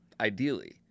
Ideally